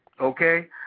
Okay